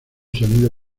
sonido